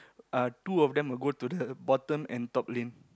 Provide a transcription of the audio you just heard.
uh two of them will go to the bottom and top lane